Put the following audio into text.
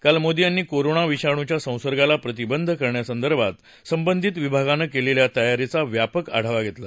काल मोदी यांनी कोरोना विषाणुच्या संसर्गाला प्रतिबंध करण्यासंदर्भात संबंधित विभागानं केलेल्या तयारीचा व्यापक आढावा घेतला